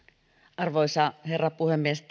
arvoisa herra puhemies